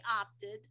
opted